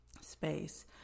space